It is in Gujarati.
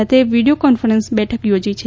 સાથે વિડીયો કોન્ફરન્સ બેઠક યોજી છે